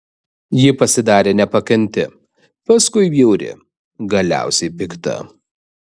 ji pasidarė nepakanti paskui bjauri galiausiai pikta